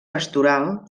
pastoral